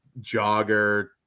jogger